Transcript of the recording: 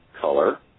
Color